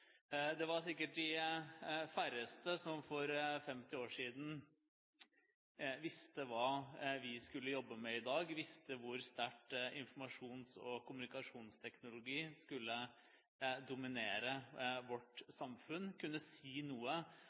Det var sikkert de færreste som for 50 år siden visste hva vi skulle jobbe med i dag, visste hvor sterkt informasjons- og kommunikasjonsteknologi skulle dominere vårt samfunn, og kunne si noe